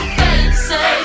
fancy